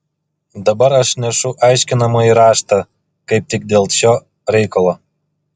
dabar aš nešu aiškinamąjį raštą kaip tik dėl šio reikalo